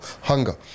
hunger